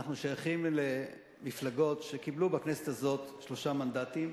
אנחנו שייכים למפלגות שקיבלו בכנסת הזאת שלושה מנדטים,